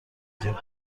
میگه